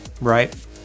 right